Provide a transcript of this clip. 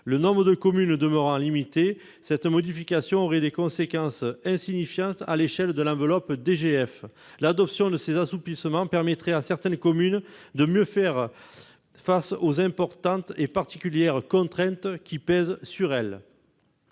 concernées étant au demeurant limité, cette modification aurait des conséquences insignifiantes à l'échelle de l'enveloppe DGF. L'adoption de ces assouplissements permettrait à certaines communes de mieux faire face aux importantes et particulières contraintes qui pèsent sur elle.